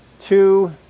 two